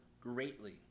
greatly